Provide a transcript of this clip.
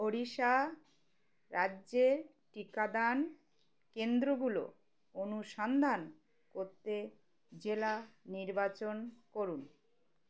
ওড়িশা রাজ্যের টিকাদান কেন্দ্রগুলো অনুসন্ধান করতে জেলা নির্বাচন করুন